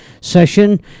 session